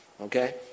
Okay